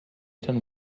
eren